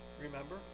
remember